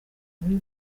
muri